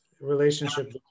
relationship